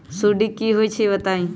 सुडी क होई छई बताई?